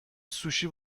سوشی